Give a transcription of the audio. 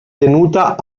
tenuta